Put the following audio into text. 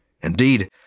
Indeed